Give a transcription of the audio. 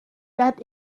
that